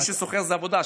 מי שסוחר זאת עבודה.